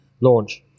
launch